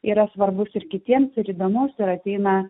yra svarbus ir kitiems ir įdomus ir ateina